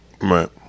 right